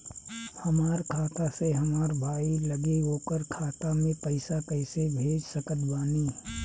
हमार खाता से हमार भाई लगे ओकर खाता मे पईसा कईसे भेज सकत बानी?